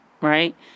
right